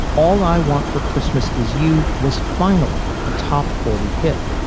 all i want for christmas is you was finally a top forty hit.